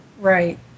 Right